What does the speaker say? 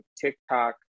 TikTok